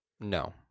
No